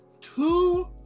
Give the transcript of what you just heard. two